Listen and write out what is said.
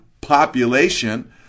population